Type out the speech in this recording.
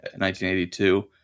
1982